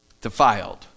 defiled